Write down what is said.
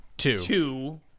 two